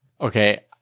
Okay